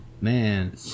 Man